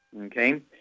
okay